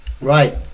right